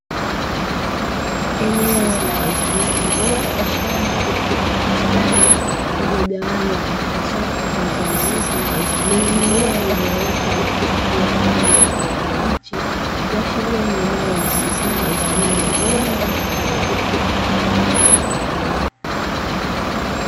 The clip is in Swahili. Eneo la wazi mfano wa shamba au bustani lililogawanywa katika safu zilizonyooka zenye mimea iliyoota na kuchipua kwa rangi ya kijani kibichi, kuashiria ni eneo linalotumika kwa ajili ya kilimo cha mbegu.